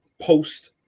post